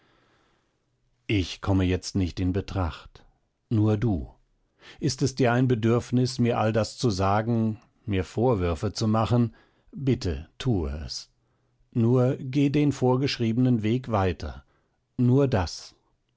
ich komme jetzt nicht in betracht nur du ist es dir ein bedürfnis mir all das zu sagen mir vorwürfe zu machen bitte tue es nur geh den vorgeschriebenen weg weiter nur das